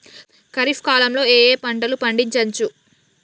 ఖరీఫ్ కాలంలో ఏ ఏ పంటలు పండించచ్చు?